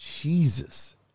Jesus